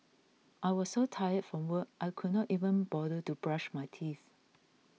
I was so tired from work I could not even bother to brush my teeth